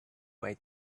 way